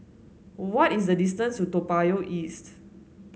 what is the distance to Toa Payoh East